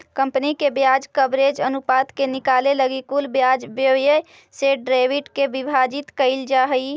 company के ब्याज coverage अनुपात के निकाले लगी कुल ब्याज व्यय से ईबिट के विभाजित कईल जा हई